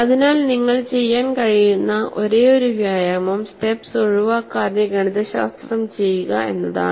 അതിനാൽ നിങ്ങൾക്ക് ചെയ്യാൻ കഴിയുന്ന ഒരേയൊരു വ്യായാമം സ്റെപ്സ് ഒഴിവാക്കാതെ ഗണിതശാസ്ത്രം ചെയ്യുക എന്നതാണ്